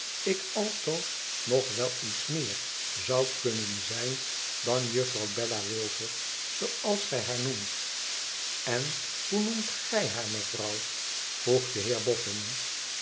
ik altoos nog wel iets meer zou kunnen zijn dan juffrouw bella wilfer zooals gij haar noemt n hoe noemt gij haar mevrouw vroeg de